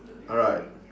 alright